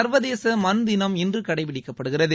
சர்வதேச மண் தினம் இன்று கடைபிடிக்கப்படுகிறது